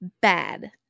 bad